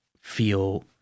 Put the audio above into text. feel